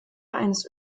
eines